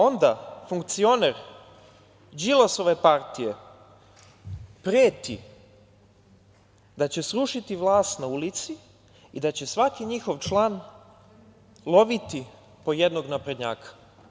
Onda funkcioner Đilasove partije preti da će srušiti vlast na ulici i da će svaki njihov član loviti po jednog naprednjaka.